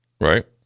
right